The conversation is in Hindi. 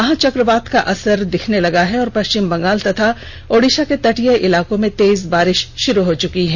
महा चक्रवात का असर दिखने लगा है और पशिचम बंगाल और ओड़िशा के तटीय इलाकों में तेज बारिश शुरू हो चुकी है